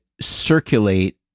circulate